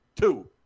Two